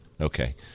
Okay